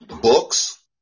Books